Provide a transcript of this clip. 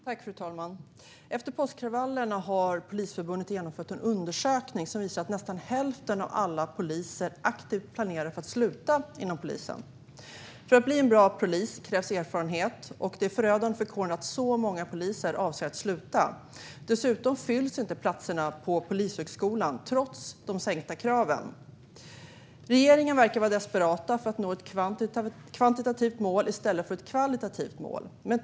Fru talman! Efter påskkravallerna har Polisförbundet genomfört en undersökning som visar att nästan hälften av alla poliser aktivt planerar att sluta inom polisen. För att bli en bra polis krävs erfarenhet, och det är förödande för kåren att så många poliser avser att sluta. Dessutom fylls inte platserna på Polishögskolan, trots de sänkta kraven. Regeringen verkar vara desperat att nå ett kvantitativt mål i stället för ett kvalitativt mål.